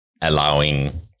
allowing